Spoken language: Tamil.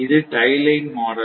இது டை லைன் மாடல்